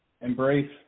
Embrace